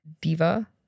Diva